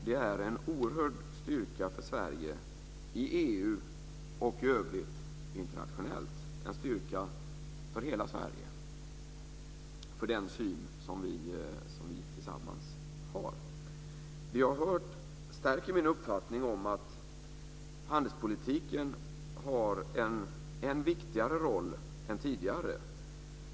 Detta är en oerhörd styrka för Sverige i EU och i övrigt internationellt - en styrka för hela Vad jag hört stärker mig i uppfattningen att handelspolitiken nu har en ännu viktigare roll än tidigare.